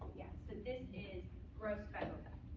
yeah, so this is gross federal debt,